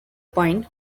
pine